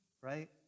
right